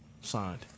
signed